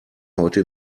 heute